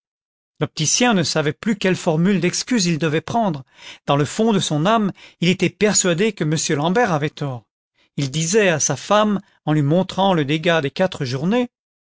l'opticien ne savait plus quelle formule d'excuse il devait prendre dans le fond de son âme il était persuadé que m l'ambert avait tort il disait à sa femme en lui montrant le dégât des quatre journées